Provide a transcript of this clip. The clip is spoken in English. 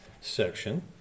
section